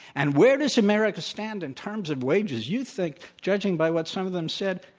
and where does america stand in terms of wages, you'd think, judging by what some of them said,